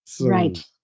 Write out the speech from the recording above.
Right